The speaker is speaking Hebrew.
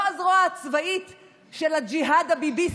לא הזרוע הצבאית של הג'יהאד הביביסטי.